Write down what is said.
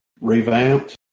Revamped